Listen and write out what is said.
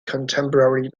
contemporary